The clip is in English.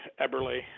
Eberle